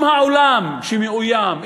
אם העולם, שמאוים,